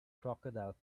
crocodile